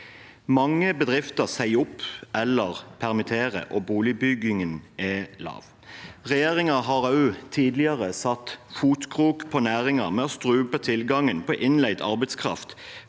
Mange bedrifter sier opp eller permitterer, og boligbyggingen er lav. Regjeringen har også tidligere satt beinkrok på næringen ved å strupe tilgangen på innleid arbeidskraft